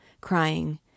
crying